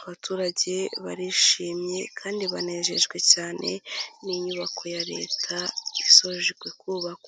Abaturage barishimye kandi banejejwe cyane n'inyubako ya Leta isojwe kubakwa.